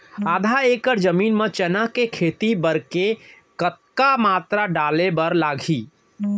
आधा एकड़ जमीन मा चना के खेती बर के कतका मात्रा डाले बर लागही?